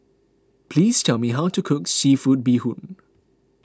please tell me how to cook Seafood Bee Hoon